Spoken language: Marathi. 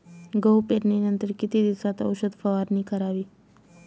गहू पेरणीनंतर किती दिवसात औषध फवारणी करावी?